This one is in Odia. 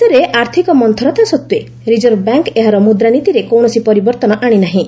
ଦେଶରେ ଆର୍ଥକ ମନ୍ତୁରତା ସତ୍ତ୍ୱେ ରିଜର୍ଭ ବ୍ୟାଙ୍କ ଏହାର ମୁଦ୍ରାନୀତିରେ କୌଣସି ପରିବର୍ତ୍ତନ ଆଣିନାହିଁ